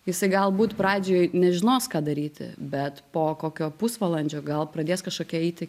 jisai galbūt pradžioj nežinos ką daryti bet po kokio pusvalandžio gal pradės kažkokia eiti